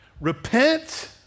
Repent